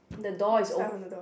the door is op~